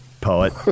Poet